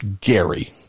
Gary